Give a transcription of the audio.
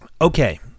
Okay